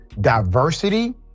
diversity